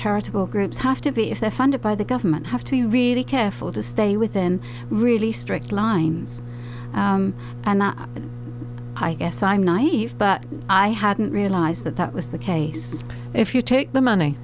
charitable groups have to be if they're funded by the government have to be really careful to stay within really strict lines and that i guess i'm naive but i hadn't realized that that was the case if you take the money